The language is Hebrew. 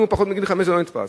אם הוא פחות מגיל חמש זה לא נתפס.